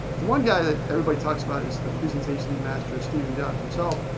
the one guy that everybody talks about is the presentation master stephen jobs himself.